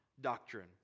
doctrine